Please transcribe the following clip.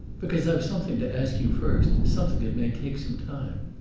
because i've something to ask you first, something that may take some time.